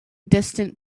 distant